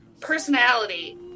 personality